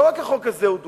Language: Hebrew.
לא רק החוק הזה הוא דוגמה.